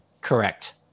correct